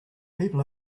people